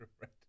right